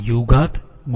જ્યા ERu